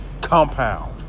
Compound